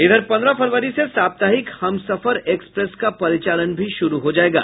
इधर पन्द्रह फरवरी से साप्ताहिक हमसफर एक्सप्रेस का परिचालन भी शुरू हो जायेगा